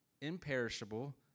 imperishable